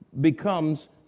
becomes